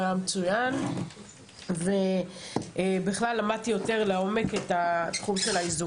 היה מצוין ובכלל למדתי יותר לעומק את התחום של האיזוק.